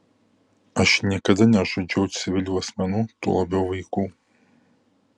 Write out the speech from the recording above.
aš niekada nežudžiau civilių asmenų tuo labiau vaikų